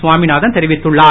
சுவாமிநாதன் தெரிவித்துள்ளார்